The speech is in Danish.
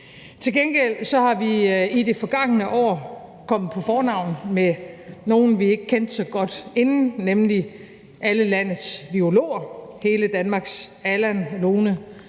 Til gengæld er vi i det forgangne år kommet på fornavn med nogle, vi ikke kendte så godt inden, nemlig alle landets virologer – hele Danmarks Allan, Lone